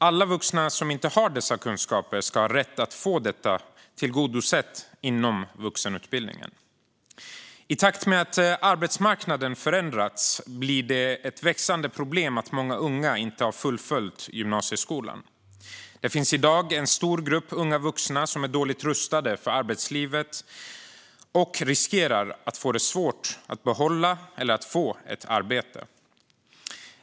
Alla vuxna som inte har dessa kunskaper ska ha rätt att få det tillgodosett inom vuxenutbildningen. I takt med att arbetsmarknaden förändras blir det ett växande problem att många unga inte har fullföljt gymnasieskolan. Det finns i dag en stor grupp unga vuxna som är dåligt rustade för arbetslivet och riskerar att få det svårt att behålla eller att få ett arbete.